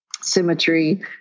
symmetry